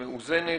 מאוזנת,